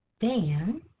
Dan